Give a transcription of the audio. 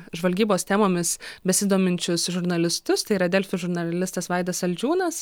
žvalgybos temomis besidominčius žurnalistus tai yra delfi žurnalistas vaidas saldžiūnas